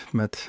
met